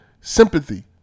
sympathy